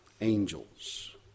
angels